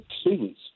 students